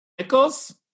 Nichols